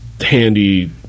handy